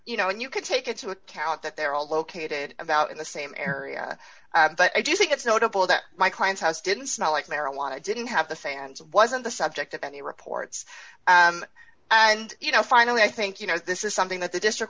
you know and you could take into account that they're all located about in the same area but i do think it's notable that my clients house didn't smell like marijuana didn't have the same hands wasn't the subject of any reports and you know finally i think you know this is something that the district